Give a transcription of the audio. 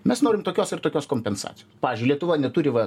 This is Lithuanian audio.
mes norim tokios ir tokios kompensacijos pavyzdžiui lietuva neturi va